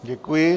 Děkuji.